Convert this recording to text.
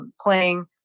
playing